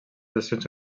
nacions